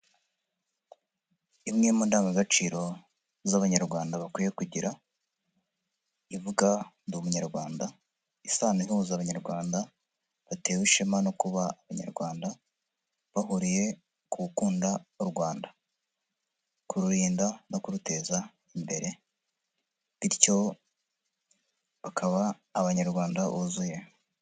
Imwe mu ndangagaciro z'Abanyarwanda bakwiye kugira ivuga Ndi umunyarwanda, isano ihuza Abanyarwanda batewe ishema no kuba Abanyarwanda, bahuriye ku gukunda u Rwanda, kururinda no kuruteza imbere, bityo bakaba Abanyarwanda buzuye.